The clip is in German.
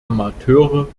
amateure